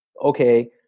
Okay